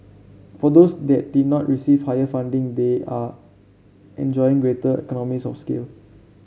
for those that did not receive higher funding they are enjoying greater economies of scale